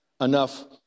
enough